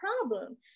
problem